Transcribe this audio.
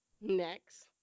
Next